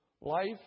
life